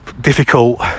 difficult